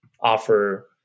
offer